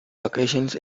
occasions